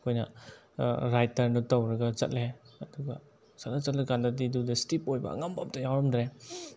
ꯑꯩꯈꯣꯏꯅ ꯔꯥꯏꯠ ꯇꯔꯟꯗꯣ ꯇꯧꯔꯒ ꯆꯠꯂꯦ ꯑꯗꯨꯒ ꯆꯠꯂ ꯆꯠꯂ ꯀꯥꯟꯗꯗꯤ ꯑꯗꯨꯗ ꯏꯁꯇꯤꯕ ꯑꯣꯏꯕ ꯑꯉꯝꯕ ꯑꯃꯇ ꯌꯥꯎꯔꯝꯗ꯭ꯔꯦ